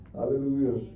Hallelujah